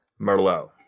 Merlot